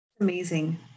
Amazing